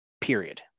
Period